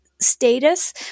status